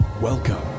Welcome